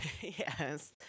Yes